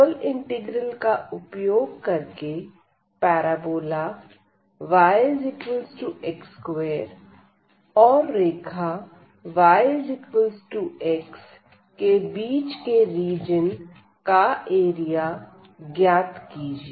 double integral का उपयोग करके पैराबोला yx2 और रेखा yx के बीच के रीजन का एरिया ज्ञात कीजिए